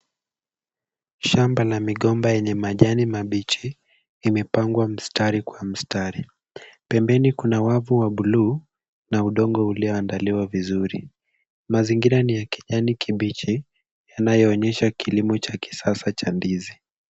Shamba la migomba lenye majani mabichi, imepangwa mstari kwa mstari. Pembeni kuna wavu wa bluu na udongo ulioandaliwa vizuri. Mazingira ni ya kijani kibichi, yanayoonyesha kilimo cha kisasa cha ndizi.